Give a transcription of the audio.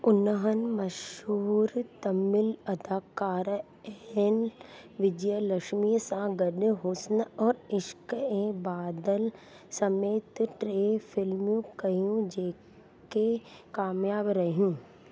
उन्हनि मशहूरु तमिल अदाकारा एल विजयलक्ष्मी सां गडु हुस्न और इश्क़ ऐं बादल समेति टे फिल्मियूं कयूं जेके कामयाब रहियूं